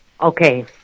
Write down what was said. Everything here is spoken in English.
Okay